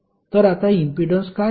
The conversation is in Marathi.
तर आता इम्पीडन्स काय आहे